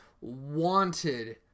wanted